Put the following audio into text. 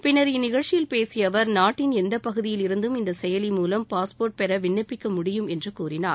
பின்னா் இந்நிகழ்ச்சியில் பேசிய அவா் நாட்டின் எந்த பகுதியில் இருந்தும் இந்த செயலி மூலம் பாஸ்போா்ட் பெற விண்ணப்பிக்க முடியும் என்று கூறினார்